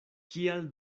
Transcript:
kial